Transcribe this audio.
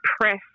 press